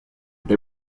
they